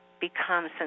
become